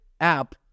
app